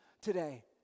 today